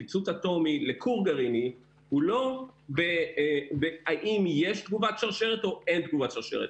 פיצוץ אטומי לכור גרעיני הוא לא האם יש תגובת שרשרת או אין תגובת שרשרת,